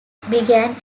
began